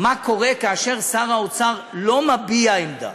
מה קורה כאשר שר האוצר לא מביע עמדה